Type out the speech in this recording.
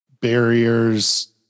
barriers